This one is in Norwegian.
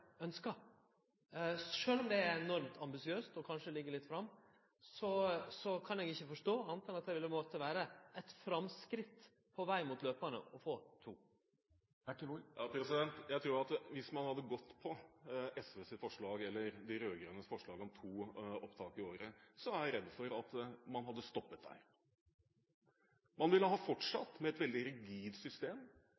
om det er enormt ambisiøst og kanskje ligg litt framme, kan eg ikkje forstå anna enn at det ville måtte vere eit framskritt på veg mot løpande å få to. Hvis man hadde gått for de rød-grønnes forslag om to opptak i året, er jeg redd for at man hadde stoppet der. Man ville ha